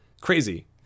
crazy